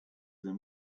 them